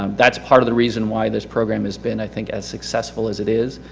um that's part of the reason why this program has been, i think, as successful as it is.